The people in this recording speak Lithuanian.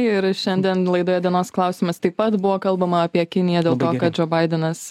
ir šiandien laidoje dienos klausimas taip pat buvo kalbama apie kiniją dėl to kad džo baidenas